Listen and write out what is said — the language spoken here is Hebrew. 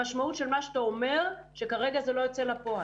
המשמעות של מה שאתה אומר שכרגע זה לא יוצא לפועל,